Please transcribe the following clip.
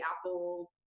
Apple